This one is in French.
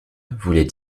voulait